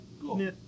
cool